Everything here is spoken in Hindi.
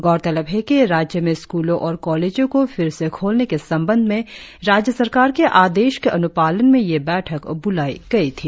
गौरतलब है कि राज्य में स्कूलों और कॉलेजों को फिर से खोलने के संबंध में राज्य सरकार के आदेश के अन्पालन में यह बैठक ब्लाई गई थी